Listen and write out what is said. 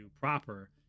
proper